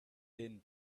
din